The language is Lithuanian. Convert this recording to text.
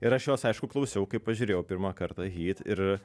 ir aš jos aišku klausiau kai pažiūrėjau pirmą kartą hyt ir